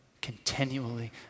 continually